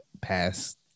past